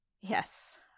Yes